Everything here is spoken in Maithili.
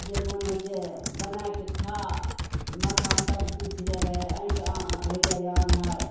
जे मोन होइ छै बना कऽ खा माथामे दर्द ऊठि जाइ रहै ऑंखि आ होइ जाइ रहै आन्हर